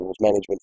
management